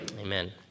Amen